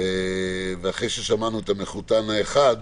אחרי ששמענו את המחותן האחד